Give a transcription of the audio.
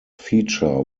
feature